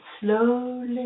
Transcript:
slowly